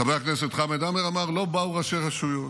חבר הכנסת חמד עמאר אמר: לא באו ראשי רשויות,